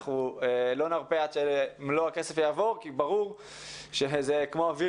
אנחנו לא נרפה עד שמלוא הכסף יעבור כי ברור שזה כמו אוויר